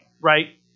right